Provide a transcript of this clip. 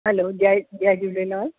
हलो जय जय झूलेलाल